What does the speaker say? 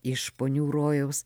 iš ponių rojaus